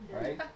right